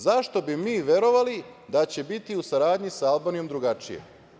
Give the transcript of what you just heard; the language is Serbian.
Zašto bi mi verovali da će biti u saradnji sa Albanijom drugačije?